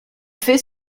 fait